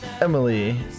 Emily